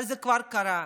אבל זה כבר קרה.